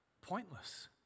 pointless